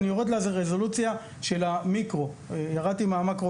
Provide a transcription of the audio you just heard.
אני יורד לרזולוציה של המיקרו מהמאקרו